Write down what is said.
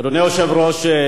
אדוני היושב-ראש,